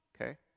Okay